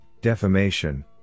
defamation